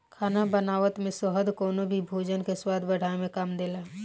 खाना बनावत में शहद कवनो भी भोजन के स्वाद बढ़ावे में काम देला